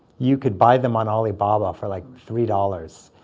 you could buy them on alibaba for like three dollars.